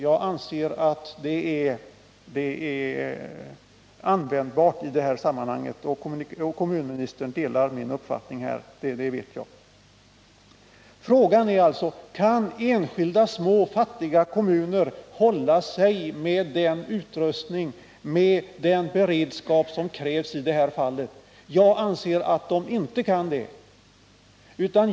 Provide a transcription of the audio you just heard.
Jag anser att det är användbart i detta sammanhang, och kommunministern delar min uppfattning här, det vet jag. Frågan är alltså: Kan enskilda små fattiga kommuner hålla den utrustning och den beredskap som krävs i dessa fall? Jag anser att de inte kan det.